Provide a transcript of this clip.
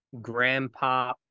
grandpa